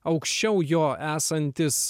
aukščiau jo esantis